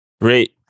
great